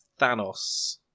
Thanos